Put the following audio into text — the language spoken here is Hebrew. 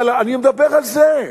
אבל אני מדבר על זה.